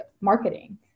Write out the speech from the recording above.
marketing